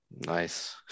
Nice